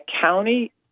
county